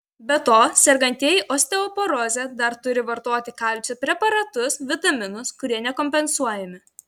be to sergantieji osteoporoze dar turi vartoti kalcio preparatus vitaminus kurie nekompensuojami